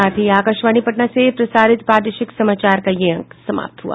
इसके साथ ही आकाशवाणी पटना से प्रसारित प्रादेशिक समाचार का ये अंक समाप्त हुआ